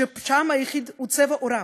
פשעם היחיד הוא צבע עורם.